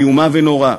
איומה ונוראה,